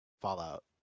Fallout